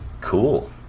cool